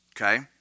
Okay